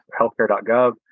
healthcare.gov